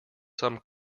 some